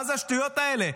מה זה השטויות האלה?